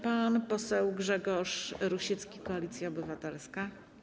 Pan poseł Grzegorz Rusiecki, Koalicja Obywatelska.